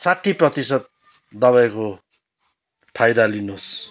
साठी प्रतिशत दबाईको फाइदा लिनुहोस्